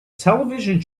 television